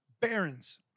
barons